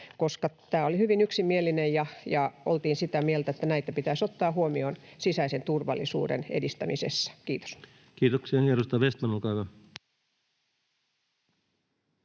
tämä oli hyvin yksimielinen, ja oltiin sitä mieltä, että näitä pitäisi ottaa huomioon sisäisen turvallisuuden edistämisessä. — Kiitos.